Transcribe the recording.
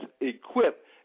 equipped